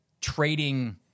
trading